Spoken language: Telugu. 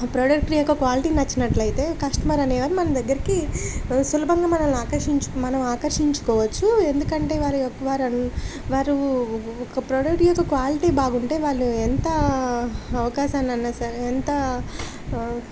ప్రోడక్ట్ యొక్క క్వాలిటీ నచ్చినట్లయితే కస్టమర్ అనేవారు మన దగ్గరికి సులభంగా మనల్ని ఆకర్షించు మనం ఆకర్షించుకోవచ్చు ఎందుకంటే వారి యొక్క వారు వారు ఒక ప్రోడక్ట్ యొక్క క్వాలిటీ బాగుంటే వాళ్ళు ఎంత అవకాశాన్నయినా సరే ఎంత